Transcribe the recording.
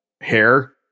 hair